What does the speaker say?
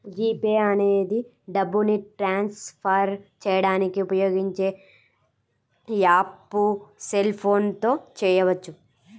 G pay అనేది డబ్బుని transfer చేయడానికి ఉపయోగించే యాప్పు సెల్ ఫోన్ తో చేయవచ్చు